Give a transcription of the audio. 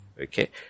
Okay